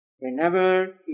whenever